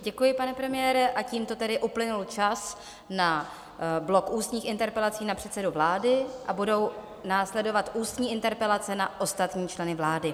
Děkuji, pane premiére, a tímto tedy uplynul čas na blok ústních interpelací na předsedu vlády a budou následovat na ústní interpelace na ostatní členy vlády.